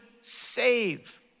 save